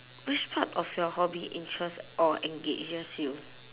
which part of your hobby interest or engages you